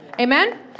Amen